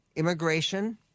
Immigration